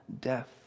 death